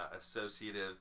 associative